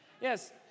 Yes